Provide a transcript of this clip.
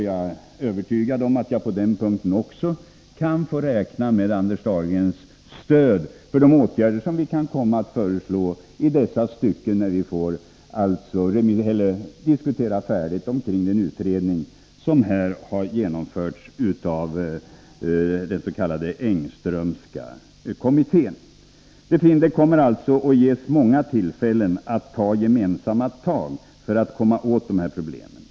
Jag är övertygad om att jag också på denna punkt kan räkna med Anders Dahlgrens stöd för de åtgärder som vi i dessa stycken kan komma att föreslå när vi har diskuterat färdigt kring den utredning som har genomförts av den s.k. Engströmska kommittén. Det kommer alltså att ges många tillfällen till att ta gemensamma tag för att komma åt dessa problem.